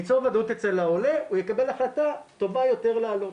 אם ניצור ודאות אצל העולה הוא יקבל החלטה טובה יותר לעלות.